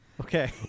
Okay